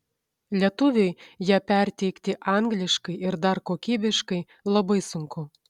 lietuviui ją perteikti angliškai ir dar kokybiškai labai sunku